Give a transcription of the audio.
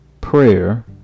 prayer